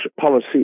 policy